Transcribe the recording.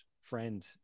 friend